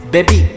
Baby